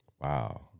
Wow